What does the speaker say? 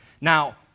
Now